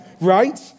right